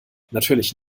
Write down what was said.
natürlich